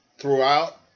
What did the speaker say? throughout